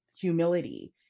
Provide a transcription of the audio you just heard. humility